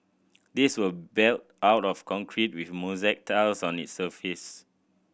these were built out of concrete with mosaic tiles on its surface